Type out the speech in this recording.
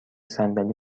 صندلی